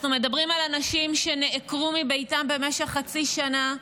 אנחנו מדברים על אנשים שנעקרו מביתם למשך חצי שנה,